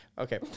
Okay